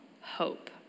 hope